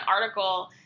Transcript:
article